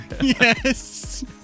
Yes